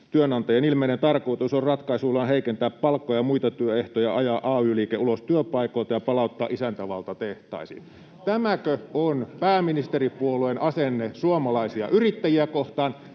”Työnantajien ilmeinen tarkoitus on ratkaisuillaan heikentää palkkoja ja muita työehtoja, ajaa ay-liike ulos työpaikoilta ja palauttaa isäntävalta tehtaisiin.” [Vasemmalta: On ihan oikeassa!] Tämäkö on pääministeripuolueen asenne suomalaisia yrittäjiä kohtaan?